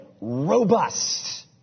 robust